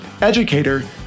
educator